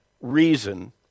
reason